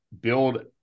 build